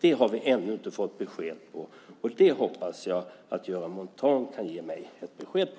Det har vi ännu inte fått besked om. Det hoppas jag att Göran Montan kan ge mig ett besked om.